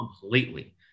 completely